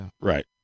Right